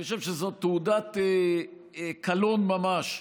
אני חושב שזו תעודת קלון ממש,